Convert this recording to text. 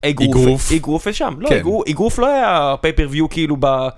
איגרוף איגרוף איגרוף לא היה פייפרביו כאילו ב.